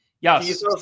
Yes